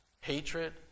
hatred